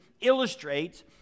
illustrates